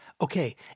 Okay